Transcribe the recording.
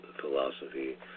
philosophy